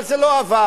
אבל זה לא עבר.